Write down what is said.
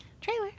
Trailer